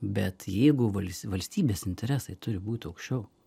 bet jeigu vals valstybės interesai turi būti aukščiau